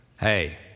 Hey